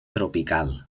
tropical